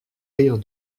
rire